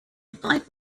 applied